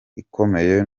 ikomeye